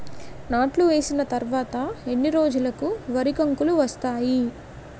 నాట్లు వేసిన తర్వాత ఎన్ని రోజులకు వరి కంకులు వస్తాయి?